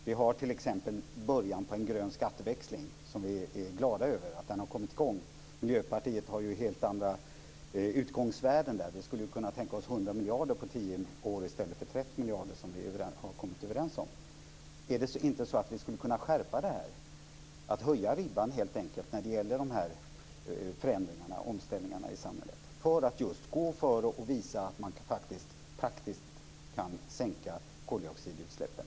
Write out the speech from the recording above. Vi har t.ex. början på en grön skatteväxling, som vi är glada över har kommit i gång. Miljöpartiet har helt andra utgångsvärden. Vi skulle kunna tänka oss 100 miljarder på tio år i stället för 30 miljarder, som vi har kommit överens om. Är det inte så att vi skulle kunna skärpa detta och helt enkelt höja ribban när det gäller dessa förändringar och omställningar i samhället, för att just gå före och visa att man faktiskt praktiskt kan sänka koldioxidutsläppen?